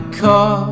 car